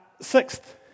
sixth